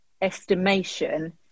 estimation